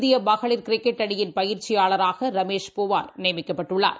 இந்தியமகளிர் cricket அணியின் பயிற்சியாளராகரமேஷ் பவார் நியமிக்கப்பட்டுள்ளார்